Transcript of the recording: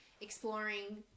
exploring